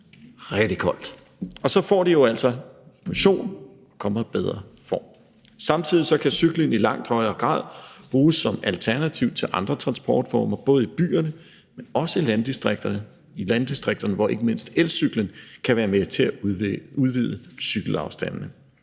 rigtig koldt. Og så får de altså motion og kommer i bedre form. Samtidig kan cyklen i langt højere grad bruges som alternativ til andre transportformer, både i byerne, men også i landdistrikterne, hvor ikke mindst elcykler vil kunne være med til at udvide cykelafstandene.